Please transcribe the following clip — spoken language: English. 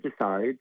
decide